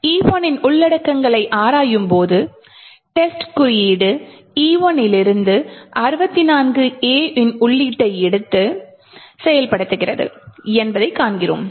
E1 இன் உள்ளடக்கங்களை ஆராயும்போது டெஸ்ட் குறியீடு E1 இலிருந்து 64 A இன் உள்ளீட்டை எடுத்து செயல்படுத்துகிறது என்பதைக் காண்கிறோம்